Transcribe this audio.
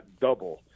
double